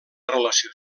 relació